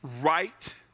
right